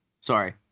Sorry